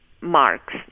marks